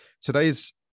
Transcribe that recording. Today's